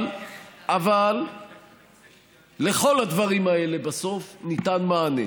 אבל לכל הדברים האלה בסוף ניתן מענה.